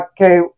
Okay